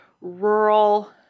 rural